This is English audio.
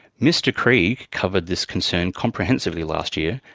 mr krieg covered this concern comprehensively last year,